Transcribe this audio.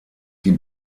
die